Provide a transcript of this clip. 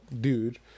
dude